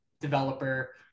developer